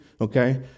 okay